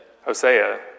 Hosea